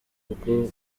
bw’u